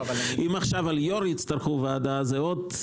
אם עכשיו על יו"ר יצטרכו וועדה זה עוד.